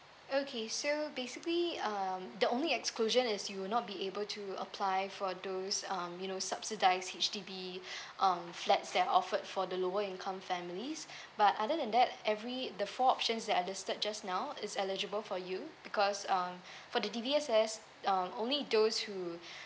okay so basically um the only exclusion is you will not be able to apply for those um you know subsidize H_D_B um flats that're offered for the lower income families but other than that every the four options that I just stated just now is eligible for you because um for the D_B_S_S um only those who